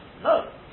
No